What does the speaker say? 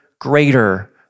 greater